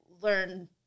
learn